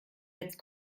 jetzt